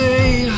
Say